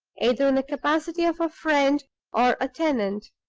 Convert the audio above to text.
either in the capacity of a friend or a tenant